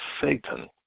Satan